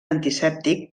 antisèptic